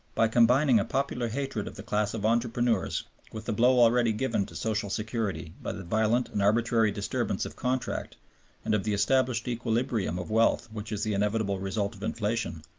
by combining a popular hatred of the class of entrepreneurs with the blow already given to social security by the violent and arbitrary disturbance of contract and of the established equilibrium of wealth which is the inevitable result of inflation,